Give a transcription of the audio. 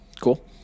cool